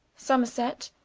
somerset,